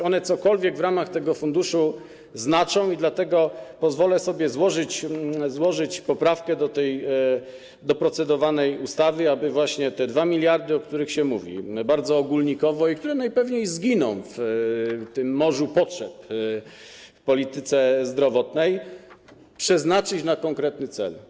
One cokolwiek w ramach tego funduszu znaczą i dlatego pozwolę sobie złożyć poprawkę do procedowanej ustawy, aby właśnie te 2 mld zł, o których się mówi bardzo ogólnikowo i które najpewniej zginą w morzu potrzeb w polityce zdrowotnej, przeznaczyć na konkretny cel.